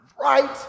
right